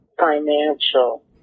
financial